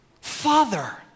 Father